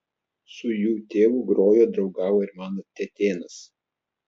su jų tėvu grojo draugavo ir mano tetėnas